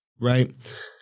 right